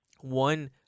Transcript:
One